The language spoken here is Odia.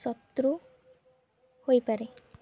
ଶତ୍ରୁ ହୋଇପାରେ